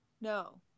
No